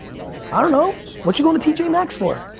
i don't know. what you going to to tj maxx for?